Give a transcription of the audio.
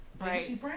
Right